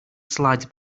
slides